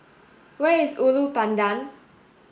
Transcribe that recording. where is Ulu Pandan